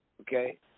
Okay